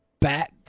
bat